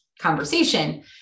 conversation